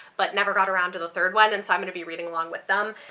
but never got around to the third one and so i'm gonna be reading along with them.